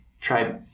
try